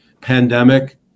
pandemic